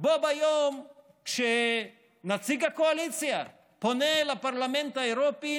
בו ביום שנציג הקואליציה פונה לפרלמנט האירופי